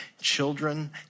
Children